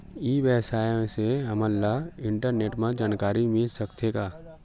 ई व्यवसाय से हमन ला इंटरनेट मा जानकारी मिल सकथे का?